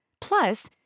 Plus